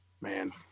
man